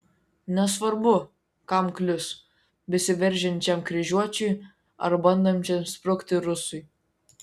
nesvarbu kam klius besiveržiančiam kryžiuočiui ar bandančiam sprukti rusui